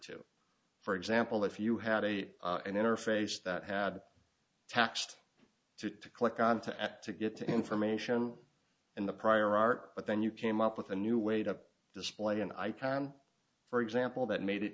to for example if you had a an interface that had attached to it to click on to act to get the information in the prior art but then you came up with a new way to display an icon for example that made it